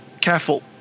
careful